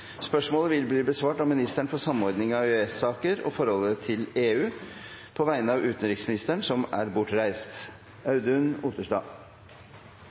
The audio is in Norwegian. spørsmålet, fra Audun Otterstad til utenriksministeren, vil bli besvart av ministeren for samordning av EØS-saker og forholdet til EU på vegne av utenriksministeren, som er bortreist.